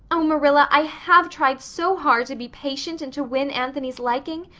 oh, marilla, i have tried so hard to be patient and to win anthony's liking.